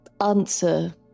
answer